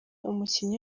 umukinnyi